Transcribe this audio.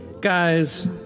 Guys